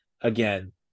again